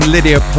Lydia